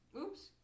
oops